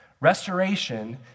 Restoration